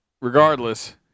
regardless